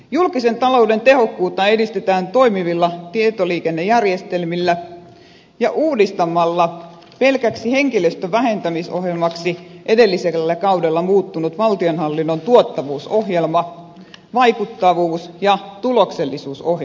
julkisen talouden tehokkuutta edistetään toimivilla tietoliikennejärjestelmillä ja uudistamalla pelkäksi henkilöstön vähentämisohjelmaksi edellisellä kaudella muuttunut valtionhallinnon tuottavuusohjelma vaikuttavuus ja tuloksellisuusohjelmaksi